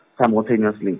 simultaneously